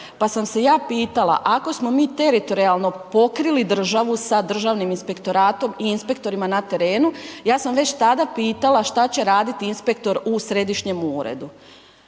pa sam se ja pitala, ako smo mi teritorijalno pokrili državu sa Državnim inspektoratom i inspektorima na terenu, ja sam već tada pitala šta će raditi inspektor u Središnjem uredu.